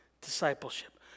discipleship